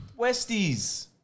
Westies